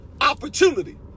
opportunity